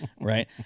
Right